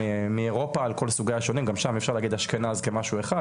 גם שם אי אפשר להגיד אשכנז כמשהו אחד,